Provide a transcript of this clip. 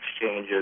exchanges